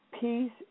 Peace